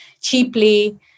cheaply